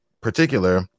particular